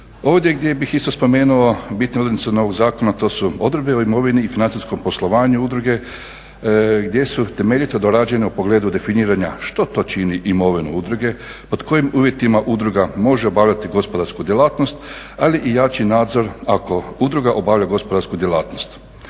Ovdje gdje bih isto spomenuo bitne odrednice novog zakona, a to su odredbe o imovini i financijskom poslovanju udruge gdje su temeljito dorađene u pogledu definiranja što to čini imovinu udruge, pod kojim uvjetima udruga može obavljati gospodarsku djelatnost ali i jači nadzor ako udruga obavlja gospodarsku djelatnost.